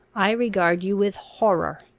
i regard you with horror.